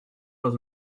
was